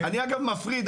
אני, אגב, מפריד.